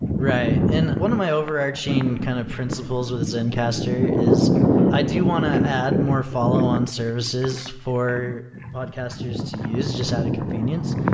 right. and one of my overarching kind of principles with zencastr is i do want to add more follow on services for podcasters to use just at a convenience,